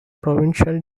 provincial